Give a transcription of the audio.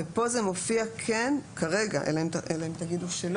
פה זה מופיע כרגע אלא אם תגידו שלא,